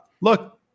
Look